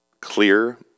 clear